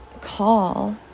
call